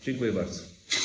Dziękuję bardzo.